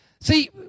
See